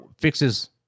fixes